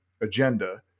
agenda